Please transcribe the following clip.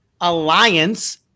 Alliance